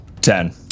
Ten